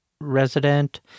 resident